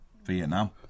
Vietnam